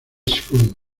school